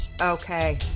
Okay